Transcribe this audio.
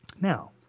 Now